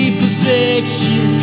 perfection